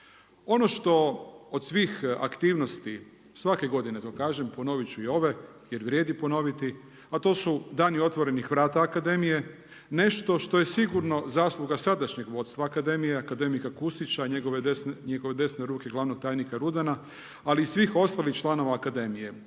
Ono što od svih aktivnosti, svake godine to kažem, ponoviti ću i ove jer vrijedi ponoviti a to su dani otvorenih vrata Akademije, nešto što je sigurno zasluga sadašnjeg vodstva Akademije, akademika Kusića i njegove desne ruke, glavnog tajnika Rudana ali i svih ostalih članova Akademije.